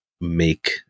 make